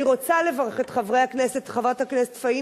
אני רוצה לברך את חברת הכנסת פאינה,